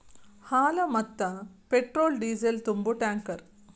ಹಾಲ, ಮತ್ತ petrol diesel ತುಂಬು ಟ್ಯಾಂಕರ್